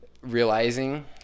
realizing